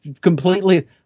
completely